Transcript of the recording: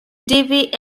davey